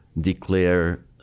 declare